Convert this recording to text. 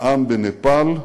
העם בנפאל,